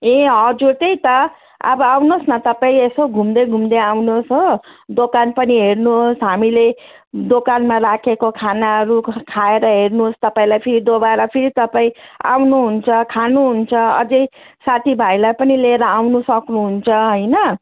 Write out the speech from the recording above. ए हजुर त्यही त अब आउनुहोस् न तपाईँ यसो घुम्दै घुम्दै आउनुहोस् हो दोकान पनि हेर्नुहोस् हामीले दोकानमा राखेको खानाहरू खाएर हेर्नुहोस् तपाईँलाई फेरि दोबारा फेरि तपाईँ आउनुहुन्छ खानुहुन्छ अझै साथीभाइलाई पनि लिएर आउनु सक्नुहुन्छ होइन